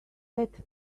that